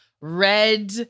red